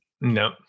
no